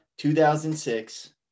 2006